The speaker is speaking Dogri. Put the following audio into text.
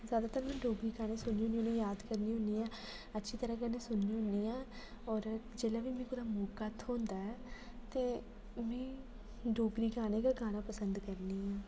जादातर में डोगरी गाने सुनने होनी आ रियाज करनी होनी आं अच्छी तरहां कन्नै सुननी होनी आ होर में ते जेल्लै बी मिगी कुदै कोई मौका थ्होंदा ऐ ते में डोगरी गाने गाना गै पसंद करनी आं